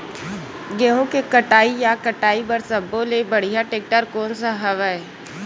गेहूं के कटाई या कटाई बर सब्बो ले बढ़िया टेक्टर कोन सा हवय?